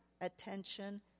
attention